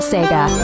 Sega